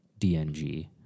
DNG